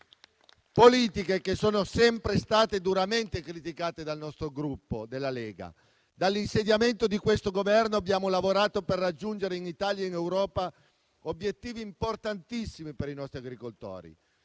politiche sono sempre state duramente criticate dal Gruppo Lega. Dall'insediamento di questo Governo abbiamo lavorato per raggiungere in Italia e in Europa obiettivi importantissimi per i nostri agricoltori.